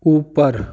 ऊपर